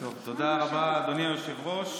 תודה רבה, אדוני היושב-ראש.